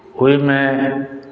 ओहिमे